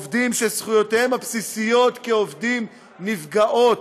עובדים שזכויותיהם הבסיסיות כעובדים נפגעות.